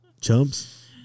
chumps